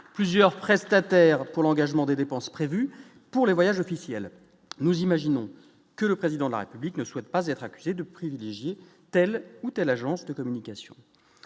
plusieurs prestataires pour l'engagement des dépenses prévues pour les voyages officiels, nous imaginons que le président de la République ne souhaite pas être accusé de privilégier telle ou telle agence de communication